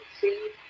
see